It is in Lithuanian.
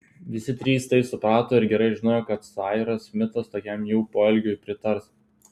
visi trys tai suprato ir gerai žinojo kad sairas smitas tokiam jų poelgiui pritars